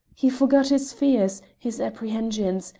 he forgot his fears, his apprehensions,